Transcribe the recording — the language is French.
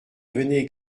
venez